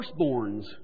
firstborns